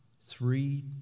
Three